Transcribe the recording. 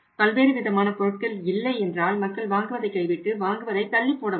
பல்வேறு விதமான பொருட்கள் இல்லை என்றால் மக்கள் வாங்குவதை கைவிட்டு வாங்குவதை தள்ளிப்போட முடியும்